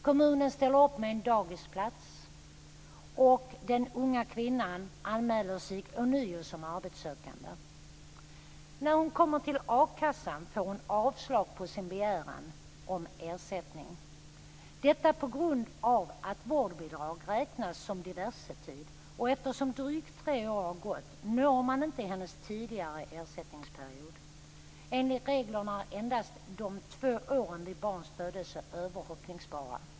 Kommunen ställer upp med en dagisplats, och den unga kvinnan anmäler sig ånyo som arbetssökande. När hon kommer till a-kassan får hon avslag på sin begäran om ersättning. Detta på grund av att tiden med vårdbidrag räknas som diversetid, och eftersom drygt tre år har gått når man inte hennes tidigare ersättningsperiod. Enligt reglerna är endast de två åren från barns födelse överhoppningsbara.